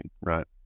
right